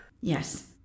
Yes